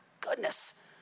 goodness